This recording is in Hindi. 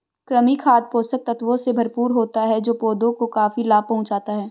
कृमि खाद पोषक तत्वों से भरपूर होता है जो पौधों को काफी लाभ पहुँचाता है